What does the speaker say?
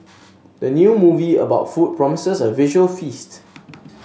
the new movie about food promises a visual feast